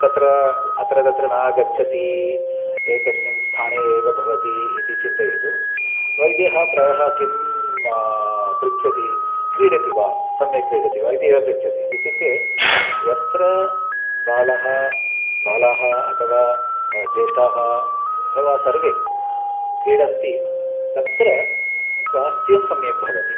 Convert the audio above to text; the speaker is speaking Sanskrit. तत्र अत्र तत्र नागच्छति एकस्मिन् स्थाने एव भवति इति चिन्तयतु वैद्यः प्रायः किं पृच्छति क्रीडति वा सम्यक् क्रीडति वा इत्येव पृच्छति इत्युक्ते यत्र बालः बालाः अथवा ज्येष्ठाः अथवा सर्वे क्रीडन्ति तत्र स्वास्थ्यं सम्यक् भवति